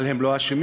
אבל הם לא אשמים.